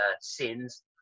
sins